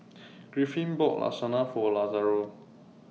Griffin bought Lasagna For Lazaro